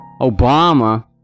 Obama